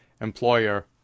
employer